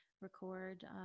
record